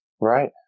Right